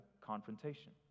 confrontation